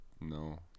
No